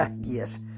yes